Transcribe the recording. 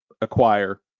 acquire